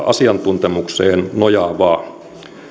asiantuntemukseen nojaavia